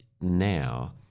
now